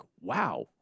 wow